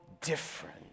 different